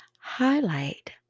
highlight